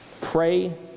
Pray